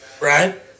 right